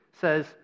says